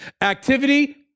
Activity